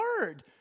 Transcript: word